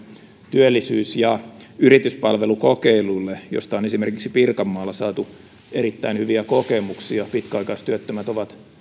työllisyys ja yrityspalvelukokeilulle josta on esimerkiksi pirkanmaalla saatu erittäin hyviä kokemuksia pitkäaikaistyöttömät ovat